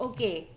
Okay